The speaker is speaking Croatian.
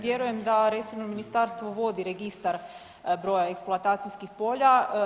Vjerujem da resorno ministarstvo vodi registar broja eksploatacijskih polja.